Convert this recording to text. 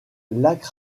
lac